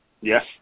Yes